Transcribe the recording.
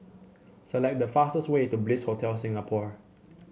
select the fastest way to Bliss Hotel Singapore